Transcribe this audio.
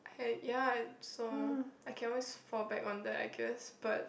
hey ya so I can always fall back on that I guess but